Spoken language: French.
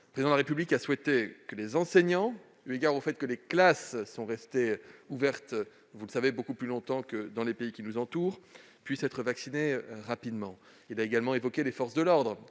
Le Président de la République a souhaité que les enseignants, eu égard au fait que les classes sont restées ouvertes beaucoup plus longtemps que dans les pays qui nous entourent, puissent être vaccinés rapidement. Il a également évoqué les forces de l'ordre,